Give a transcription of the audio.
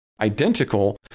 identical